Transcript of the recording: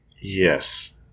Yes